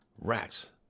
Rats